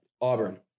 Auburn